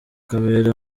kabera